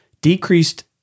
decreased